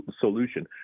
solution